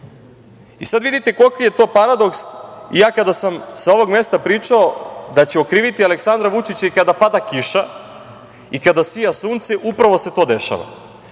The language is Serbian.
Sad vidite koliki je to paradoks i ja kada sam sa ovog mesta pričao da će okriviti Aleksandra Vučića i kada pada kiša i kada sija sunce upravo se to